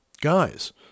guys